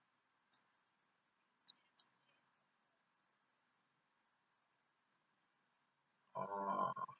oh